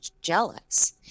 jealous